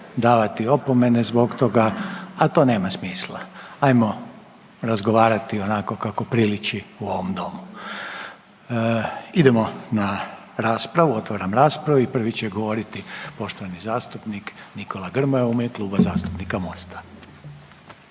davati opomene zbog toga, a to nema smisla. Ajmo razgovarati onako kako priliči u ovom domu. Idemo na raspravu, otvaram raspravu i prvi će govoriti poštovani zastupnik Nikola Grmoja u ime Kluba zastupnika MOST-a.